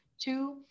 Two